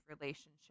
relationship